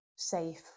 safe